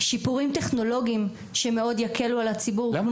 שיפורים טכנולוגיים שמאוד יקלו על הציבור.